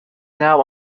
now